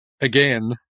again